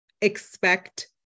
expect